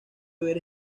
ver